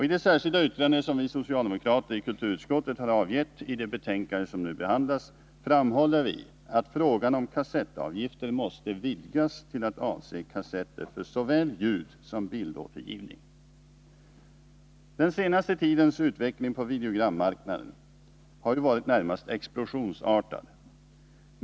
I det särskilda yttrande som vi socialdemokrater i kulturutskottet har avgett i det betänkande som nu behandlas, framhåller vi att frågan om kassettavgifter måste vidgas till att avse kassetter för såväl ljudsom bildåtergivning. Den senaste tidens utveckling på videogrammarknaden har ju varit närmast explosionsartad.